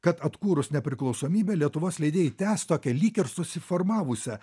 kad atkūrus nepriklausomybę lietuvos leidėjai tęs tokią lyg ir susiformavusią